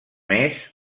més